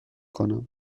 کنم